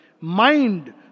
Mind